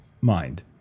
mind